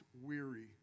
weary